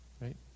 Right